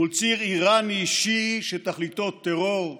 מול ציר איראני-שיעי, שתכליתו טרור,